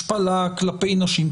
השפלה כלפי נשים,